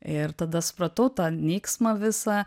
ir tada supratau tą nyksmą visą